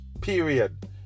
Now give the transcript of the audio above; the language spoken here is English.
Period